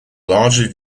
largely